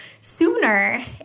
sooner